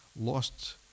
Lost